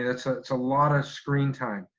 that's ah that's a lot of screen time.